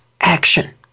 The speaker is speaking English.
action